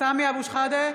סמי אבו שחאדה,